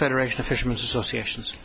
federation officials associations